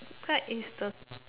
card is the